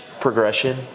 progression